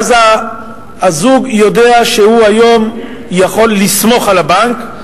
ואז הזוג יודע שהוא היום יכול לסמוך על הבנק,